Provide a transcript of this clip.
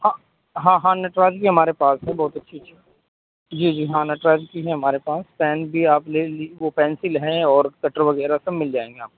ہاں ہاں ہاں نٹراج بھی ہمارے پاس ہے بہت اچھی اچھی جی جی ہاں نٹراج کی ہے ہمارے پاس پین بھی آپ لے وہ پینسل ہیں اور کٹر وغیرہ سب مل جائیں گے آپ کو